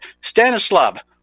Stanislav